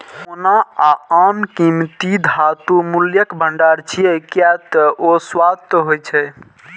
सोना आ आन कीमती धातु मूल्यक भंडार छियै, कियै ते ओ शाश्वत होइ छै